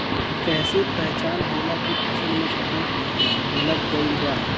कैसे पहचान होला की फसल में कीट लग गईल बा?